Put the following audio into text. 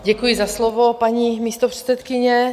Děkuji za slovo, paní místopředsedkyně.